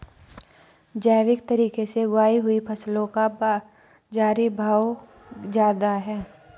जैविक तरीके से उगाई हुई फसलों का बाज़ारी भाव ज़्यादा है